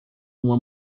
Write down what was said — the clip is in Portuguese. uma